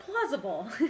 plausible